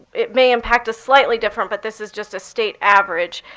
it may impact us slightly different, but this is just a state average.